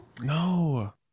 no